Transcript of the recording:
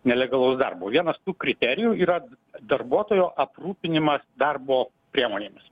nelegalaus darbo vienas kriterijų yra darbuotojo aprūpinimas darbo priemonėmis